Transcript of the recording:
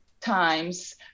times